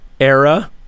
era